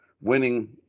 winning